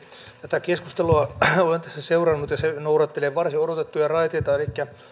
tätä keskustelua olen tässä seurannut ja se noudattelee varsin odotettuja raiteita elikkä